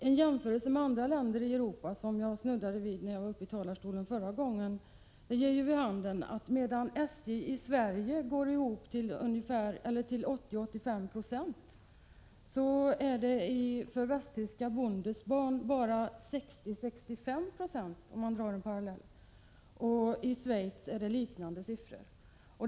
En jämförelse med andra länder i Europa, som jag snuddade vid i mitt förra inlägg, ger vid handen att medan SJ i Sverige går ihop till 80—85 26, gör västtyska Bundesbahn det till bara 60—65 90, för att dra en parallell. I Schweiz är det liknande siffror.